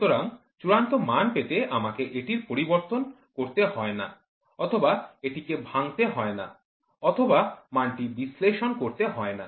সুতরাং চূড়ান্ত মান পেতে আমাকে এটির পরিবর্তন করতে হয় না অথবা এটিকে ভাঙতে হয় না অথবা মানটি বিশ্লেষণ করতে হয় না